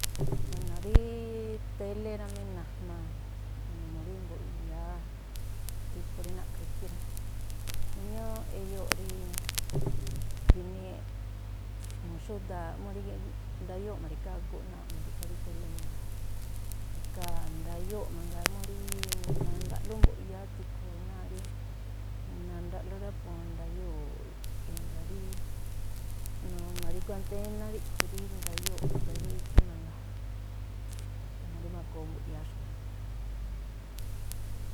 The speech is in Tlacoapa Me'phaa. Wéno̱, rí télé rá mí, najmaa numuu rí mbu̱ꞌyáá tikhu rí na̱ꞌkha̱ ikhí rá, ñúúꞌ eyóo̱ꞌ rí gi̱nii, mu̱xúdaaꞌ mú rí ndayóo̱ꞌ ma̱ri̱gá aguꞌ náa̱ꞌ ma̱ri̱gá rí télé mangaa, jngáa̱ ndayóo̱ꞌ mangaa mú rí nandaꞌlú mbu̱ꞌyáá tikhu náá rí nadaꞌlú rá, po ndayóo̱ i̱mba̱ rí nu ma̱ri̱gu anténá ríꞌkhui̱ rí ndayóo̱ꞌ ma̱ꞌgayóó ikhí mangaa, mu rí ma̱goo mbu̱ꞌyáá xkui̱ rá.